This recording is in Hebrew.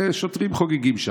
והשוטרים חוגגים שם.